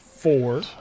Four